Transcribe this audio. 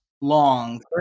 long